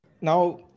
now